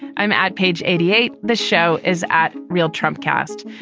i'm at page eighty eight. the show is at real trump cast.